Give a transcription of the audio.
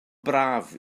braf